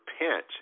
repent